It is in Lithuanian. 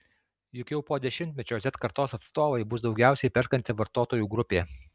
juk jau po dešimtmečio z kartos atstovai bus daugiausiai perkanti vartotojų grupė